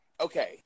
okay